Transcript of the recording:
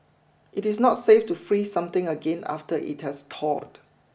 it is not safe to freeze something again after it has thawed